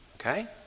Okay